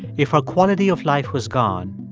if her quality of life was gone,